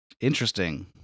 Interesting